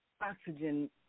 oxygen